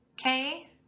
Okay